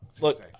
look